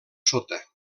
sota